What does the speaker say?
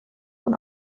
und